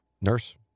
Nurse